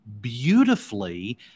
Beautifully